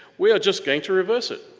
we are just going to reverse it.